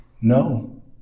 No